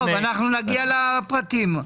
נגיע לפרטים.